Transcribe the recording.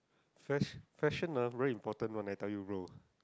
fash~ fashion ah very important one leh I tell you bro